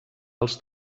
als